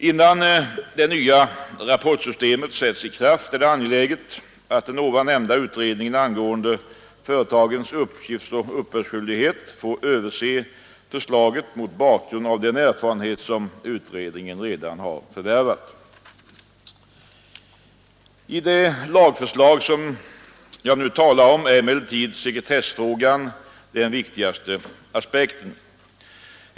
Innan det nya rapportsystemet sätts i kraft är det angeläget att den nämnda utredningen angående företagens uppgiftsoch uppbördsskyldighet får överse förslaget mot bakgrund av den erfarenhet som utredningen redan har förvärvat. I det lagförslag som jag nu talar om är emellertid sekretessfrågan den viktigaste aspekten.